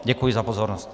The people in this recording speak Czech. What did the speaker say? Děkuji za pozornost.